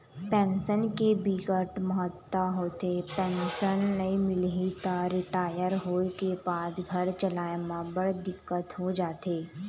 pension के बिकट महत्ता होथे, पेंसन नइ मिलही त रिटायर होए के बाद घर चलाए म बड़ दिक्कत हो जाथे